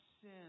sin